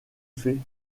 fais